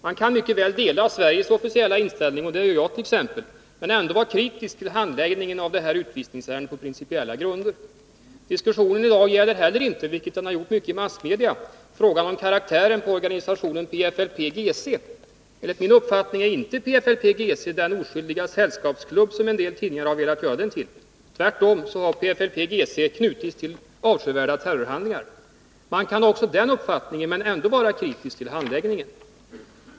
Man kan mycket väl dela Sveriges officiella inställning — och det gör jag — men ändå vara kritisk till handläggningen av det här utvisningsärendet på principiella grunder. Diskussionen i dag gäller heller inte, vilket den till stor del gjort i massmedia, frågan om karaktären på organisationen PFLP-GC. Enligt min uppfattning är inte PFLP-GC den oskyldiga sällskapsklubb som en del tidningar har velat göra den till. Tvärtom har PFLP-GC knutits till avskyvärda terrorhandlingar. Man kan ha också den uppfattningen men ändå vara kritisk till handläggningen.